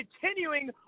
continuing